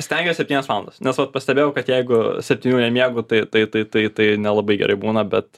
stengiuos septynias valandas nes vat pastebėjau kad jeigu septynių nemiegu tai tai tai tai tai nelabai gerai būna bet